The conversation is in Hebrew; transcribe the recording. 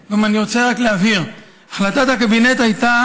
אני רוצה רק להבהיר: החלטת הקבינט הייתה